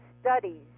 studies